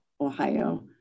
Ohio